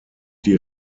die